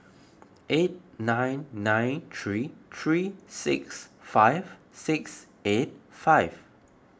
eight nine nine three three six five six eight five